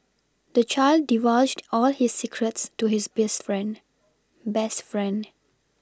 the child divulged all his secrets to his beast friend best friend